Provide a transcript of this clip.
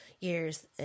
years